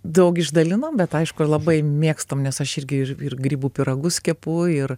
daug išdalinam bet aišku labai mėgstam nes aš irgi ir grybų pyragus kepu ir